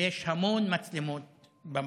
ויש המון מצלמות במקום.